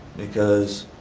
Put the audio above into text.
because